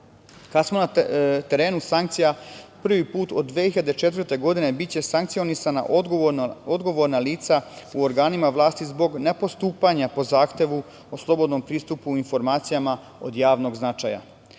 smo na terenu sankcija, prvi put od 2004. godine biće sankcionisana odgovorna lica u organima vlasti zbog ne postupanja po zahtevu o slobodnom pristupu informacijama o javnog značaja. Pored